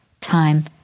time